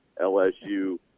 LSU